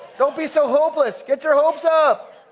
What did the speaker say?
don't be so hopeless. get your hopes up.